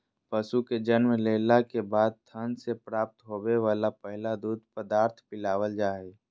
पशु के जन्म लेला के बाद थन से प्राप्त होवे वला पहला दूध पदार्थ पिलावल जा हई